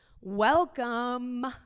Welcome